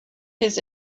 his